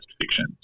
fiction